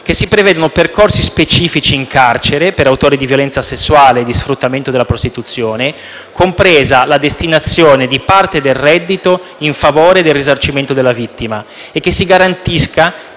che si prevedano percorsi specifici in carcere per gli autori di violenza sessuale e di sfruttamento della prostituzione, compresa la destinazione di parte del reddito in favore del risarcimento della vittima, e si garantisca